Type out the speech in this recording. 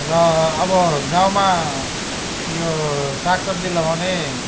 र अब गाउँमा यो साग सब्जी लगाउने